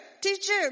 teacher